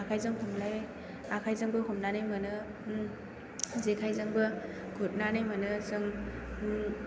आखाइजोंबो हमनानै मोनो जेखायजोंबो गुरनानै मोनो जों